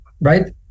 right